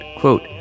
Quote